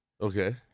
Okay